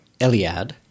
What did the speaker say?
Eliad